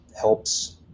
helps